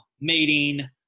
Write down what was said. mating